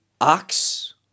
ox